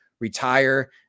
retire